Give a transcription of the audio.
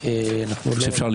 לקרוא?